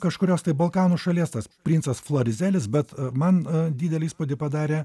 kažkurios tai balkanų šalies tas princas flarizelis bet man didelį įspūdį padarė